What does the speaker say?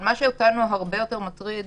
אבל מה שאותנו הרבה יותר מטריד,